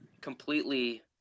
completely